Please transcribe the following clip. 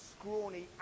scrawny